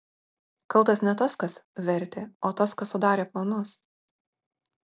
kaltas ne tas kas vertė o tas kas sudarė planus